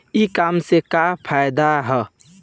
ई कामर्स से का फायदा ह?